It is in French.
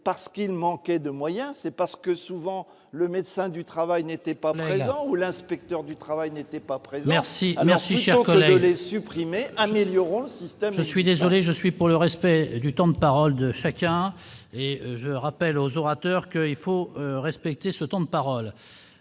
parce qu'il manquait de moyens, c'est parce que souvent, le médecin du travail n'était pas présent ou l'inspecteur du travail n'était pas présent, merci, merci Jean-Claude les supprimer, améliorons le système. Je suis désolé, je suis pour le respect du temps de parole de chacun et je rappelle aux orateurs que il faut respecter ce temps de parole